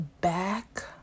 back